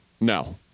No